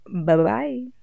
Bye-bye